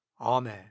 Amen